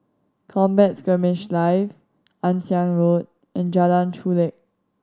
Combat Skirmish Live Ann Siang Road in Jalan Chulek